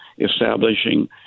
establishing